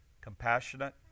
compassionate